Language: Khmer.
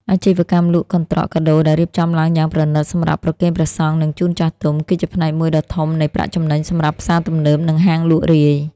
អាជីវកម្មលក់កន្ត្រកកាដូដែលរៀបចំឡើងយ៉ាងប្រណីតសម្រាប់ប្រគេនព្រះសង្ឃ និងជូនចាស់ទុំ គឺជាផ្នែកមួយដ៏ធំនៃប្រាក់ចំណេញសម្រាប់ផ្សារទំនើប និងហាងលក់រាយ។